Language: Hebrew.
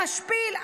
משפיל,